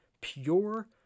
Pure